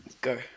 Go